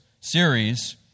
series